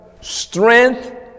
strength